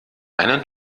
einen